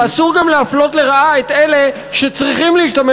ואסור גם להפלות לרעה את אלה שצריכים להשתמש